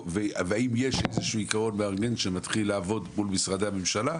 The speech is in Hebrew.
והאם יש איזשהו עקרון מארגן שמתחיל לעבוד מול משרדי הממשלה.